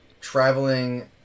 traveling